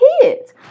kids